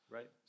Right